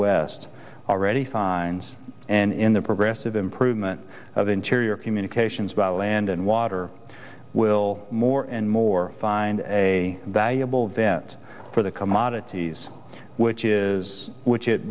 west already finds and in the progressive improvement of interior communications about land and water will more and more find a valuable vet for the commodities which is which it